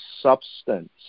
substance